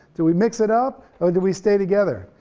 do we mix it up or do we stay together,